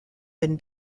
been